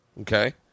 okay